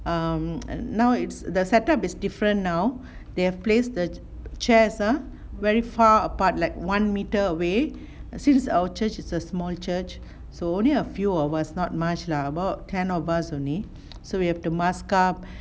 um now it's the set up is different now they have placed the chairs ah very far apart like one meter away since our church is a small church so only a few of us not much lah about ten of us only so we have to mask up